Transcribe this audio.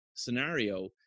scenario